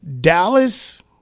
Dallas –